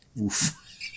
Oof